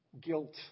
Guilt